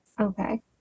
Okay